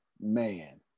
man